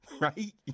right